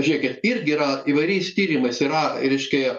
žiūrėkit irgi yra įvariais tyrimais yra reiškia